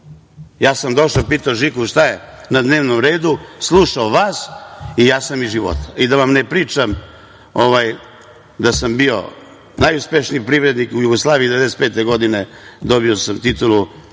Ja sam došao, pitao Žiku šta je na dnevnom redu, slušao vas i ja sam iz života i da vam ne pričam da sam bio najuspešniji privrednik u Jugoslaviji. Godine 1995. dobio sam titulu